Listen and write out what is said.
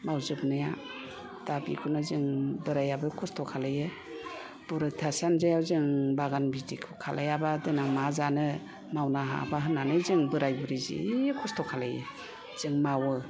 मावजोबनाया दा बिखौनो जों बोराइयाबो खस्थ' खालामो बुरि थासान्दियाव जों बागान बिदि खालायाबा देनां मा जानो मावनो हायाबा जों बोराइ बुरि जि खस्थ' खालामो जों मावो